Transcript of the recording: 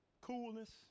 coolness